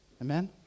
Amen